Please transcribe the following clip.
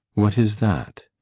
what is that?